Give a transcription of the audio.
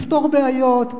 לפתור בעיות,